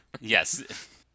Yes